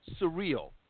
surreal